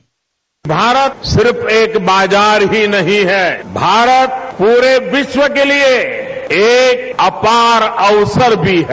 bite Bharat सिर्फ एक बाजार ही नहीं है भारत पूरे विश्व के लिए एक अपार अवसर भी है